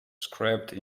scrapped